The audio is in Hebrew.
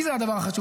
כי זה הדבר החשוב.